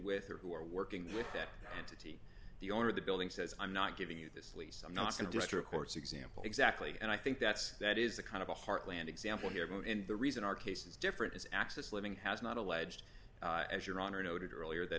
with or who are working with that entity the owner of the building says i'm not giving you this lease i'm not going to just your courts example exactly and i think that's that is a kind of a heartland example here but in the reason our case is different is access living has not alleged as your honor noted earlier that